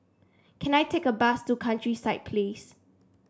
can I take a bus to Countryside Place